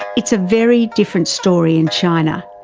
it's a very different story in china,